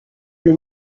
few